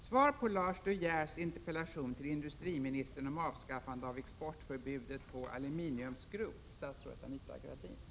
Herr talman! Margé Ingvardsson har frågat mig om det finns skäl att misstänka att det förekommer missbruk av motion, som bör stävjas. Svaret på frågan är nej.